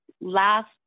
last